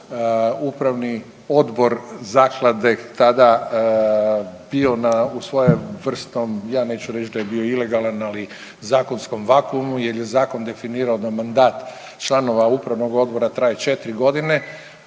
dana upravni odbor zaklade tada bio u svojevrsnom, ja neću reć da je bio ilegalan, ali zakonskom vakumu jel je zakon definirao da mandat članova upravnog odbora traje 4.g., a onda